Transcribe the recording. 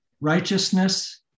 Righteousness